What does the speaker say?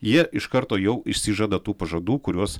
jie iš karto jau išsižada tų pažadų kuriuos